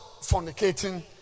fornicating